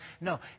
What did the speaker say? No